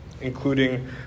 including